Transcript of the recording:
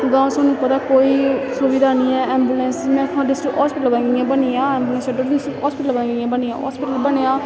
गांंव थुआनूं पता कोई सुविधां निं ऐ ऐंबुलेंस में डिस्ट्रक हास्पिटल बी बनी गेआ गमबुेंसर डट हास्पिटल हास्पिटल बनेआ